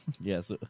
Yes